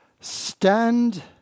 stand